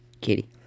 Kitty